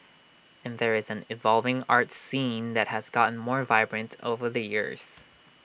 and there is an evolving arts scene that has gotten more vibrant over the years